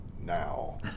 now